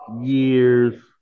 years